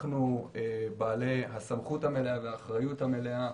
אנחנו בעלי הסמכות המלאה והאחריות המלאה